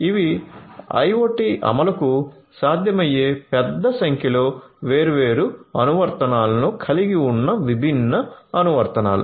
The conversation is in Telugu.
ఇవి IoT అమలుకు సాధ్యమయ్యే పెద్ద సంఖ్యలో వేర్వేరు అనువర్తనాలను కలిగి ఉన్న విభిన్న అనువర్తనాలు